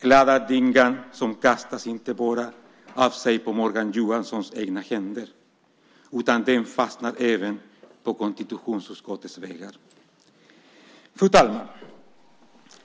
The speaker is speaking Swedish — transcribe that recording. kladdar dyngan som kastas av sig inte bara på Morgan Johanssons egna händer utan den fastnar även på konstitutionsutskottets väggar. Fru talman!